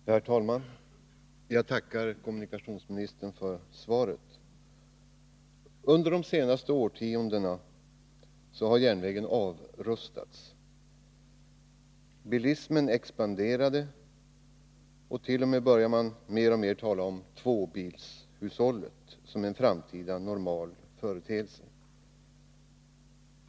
Nr 13 Herr talman! Jag tackar kommunikationsministern för svaret. Torsdagen den Under de senaste årtiondena har järnvägen avrustats. Under denna tid 23 oktober 1980 expanderade bilismen, och man började t.o.m. mer och mer tala om. LL tvåbilshushållet som en framtida normal företeelse.